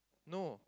no